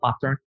pattern